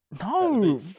no